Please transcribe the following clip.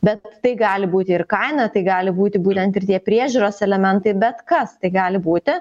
bet tai gali būti ir kaina tai gali būti būtent ir tie priežiūros elementai bet kas tai gali būti